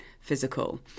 physical